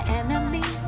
enemy